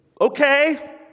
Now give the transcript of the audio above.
Okay